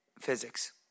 Physics